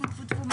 טפו טפו טפו,